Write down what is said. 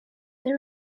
they